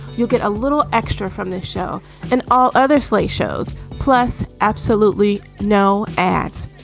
you'll get a little extra from this show and all other slate shows. plus, absolutely no ads.